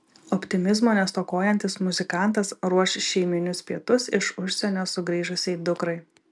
optimizmo nestokojantis muzikantas ruoš šeiminius pietus iš užsienio sugrįžusiai dukrai